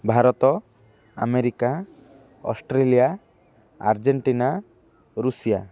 Bharat America Australia Argentina Russia